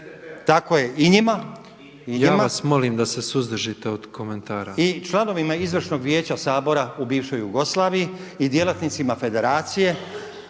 predsjednik: Ja vas molim da se suzdržite od komentara./… I članovima izvršnog Vijeća Sabora u bivšoj Jugoslaviji i djelatnicima Federacije